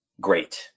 great